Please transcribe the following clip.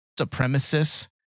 supremacists